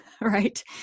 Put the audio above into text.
right